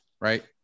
Right